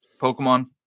Pokemon